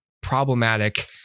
problematic